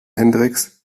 hendrix